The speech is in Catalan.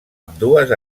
ambdues